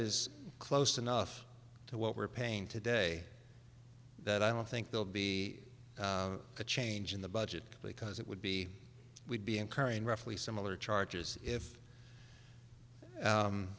is close enough to what we're paying today that i don't think they'll be a change in the budget because it would be we'd be incurring roughly similar charges if